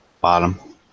bottom